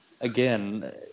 again